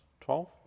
twelve